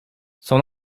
son